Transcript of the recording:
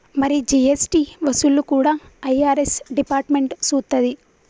మరి జీ.ఎస్.టి వసూళ్లు కూడా ఐ.ఆర్.ఎస్ డిపార్ట్మెంట్ సూత్తది